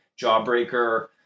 jawbreaker